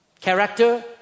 Character